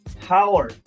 power